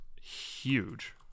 huge